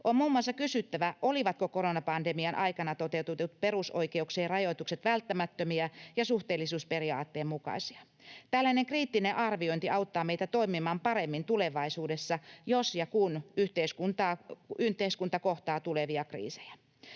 muun muassa, olivatko koronapandemian aikana toteutetut perusoikeuksien rajoitukset välttämättömiä ja suhteellisuusperiaatteen mukaisia. Tällainen kriittinen arviointi auttaa meitä toimimaan paremmin tulevaisuudessa, jos ja kun yhteiskunta kohtaa tulevia kriisejä.